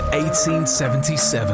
1877